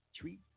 three